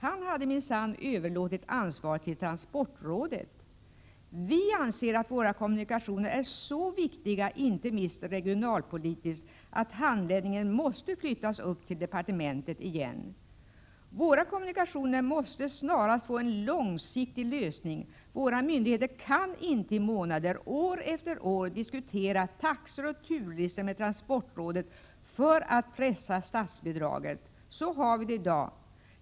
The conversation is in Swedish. Han hade minsann överlåtit ansvaret till transportrådet. Vi anser vidare att våra kommunikationer är så viktiga, inte minst regionalpolitiskt, att handläggningen bör flyttas upp till departementet igen. Kommunikationerna måste snarast få en långsiktig lösning. Våra myndigheter kan inte i månader år efter år diskutera taxor och turlistor med transportrådet för att pressa statsbidraget — så har vi det i dag.